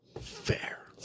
Fair